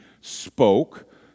spoke